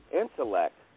intellect